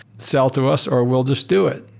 sell to us, or we'll just do it.